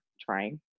trying